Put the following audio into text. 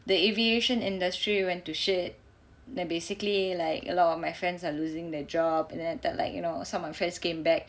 the aviation industry went to shit then basically like a lot of my friends are losing their job and then that like you know some of my friends came back